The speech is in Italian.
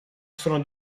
sono